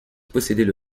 possédaient